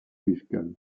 fiscal